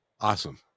awesome